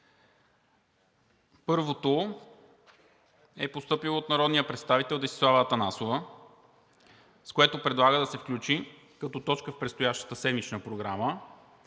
е постъпило от народния представител Десислава Атанасова, с което предлага да се включи нова точка в предстоящата седмична програма